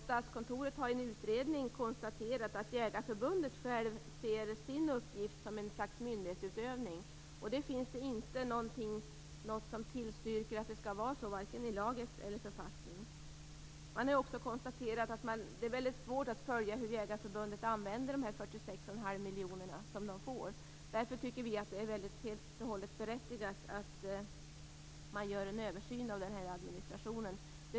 Statskontoret har i en utredning konstaterat att Jägareförbundet självt ser sin uppgift som ett slags myndighetsutövning. Det finns inte någonting som tillstyrker att det skall vara så, varken i lag eller i författning. Man har också konstaterat att det är svårt att följa hur Jägareförbundet använder de 46 1⁄2 miljoner som de får. Därför tycker vi att det är helt och hållet berättigat att göra en översyn av den här administrationen.